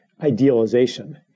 idealization